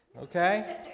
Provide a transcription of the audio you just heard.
okay